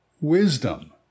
wisdom